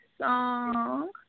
song